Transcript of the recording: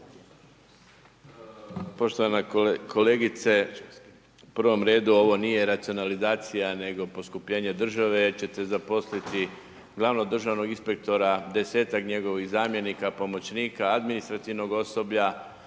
poštovana kolegice, u prvom redu ovo nije racionalizacija nego poskupljenje države jer ćete zaposliti glavnog državnog inspektora, desetak njegovih zamjenika, pomoćnika, administrativnog osoblja